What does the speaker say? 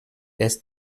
est